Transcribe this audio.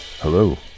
hello